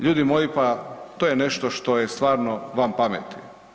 Ljudi moji, pa to je nešto što je stvarno van pameti.